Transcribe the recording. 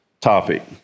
topic